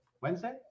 wednesday